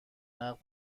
نقد